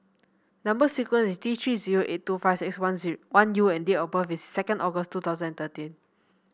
number sequence is T Three zero eight two five six one one U and date of birth is second August two thousand and thirteen